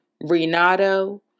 Renato